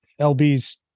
LB's